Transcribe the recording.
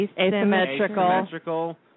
asymmetrical